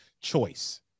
choice